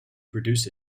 produce